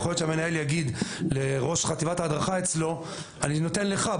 יכול להיות שהמנהל יגיד לראש חטיבת ההדרכה אצלו שהוא נותן לו,